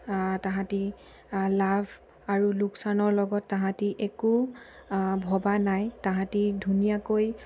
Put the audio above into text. তাহাঁতে লাভ আৰু লোকচানৰ লগত তাহাঁতে একো ভবা নাই তাহাঁতে ধুনীয়াকৈ